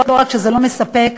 רק שזה לא מספק,